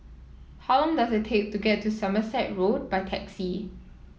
how long does it take to get to Somerset Road by taxi